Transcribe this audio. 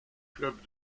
clubs